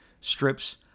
strips